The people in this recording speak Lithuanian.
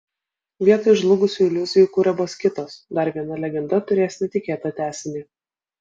vietoj žlugusių iliuzijų kuriamos kitos dar viena legenda turės netikėtą tęsinį